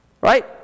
right